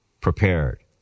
prepared